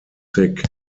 sick